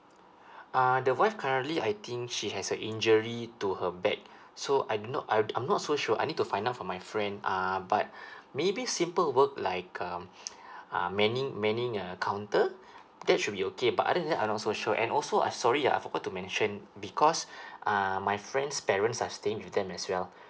uh the wife currently I think she has a injury to her back so I'm not I'm I'm not so sure I need to find out from my friend uh but maybe simple work like um uh manning manning uh counter that should be okay but other than that I'm not so sure and also uh sorry ah I forgot to mention because err my friend's parents are staying with them as well